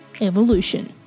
Evolution